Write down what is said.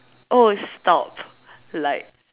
oh stop like